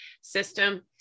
system